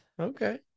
Okay